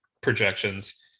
projections